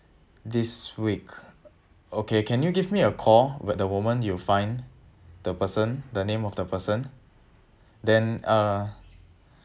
this week okay can you give me a call the moment you find the person the name of the person then uh